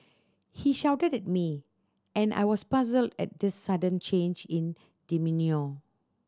he shouted at me and I was puzzled at this sudden change in demeanour